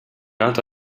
alto